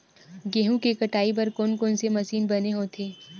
गेहूं के कटाई बर कोन कोन से मशीन बने होथे?